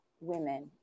women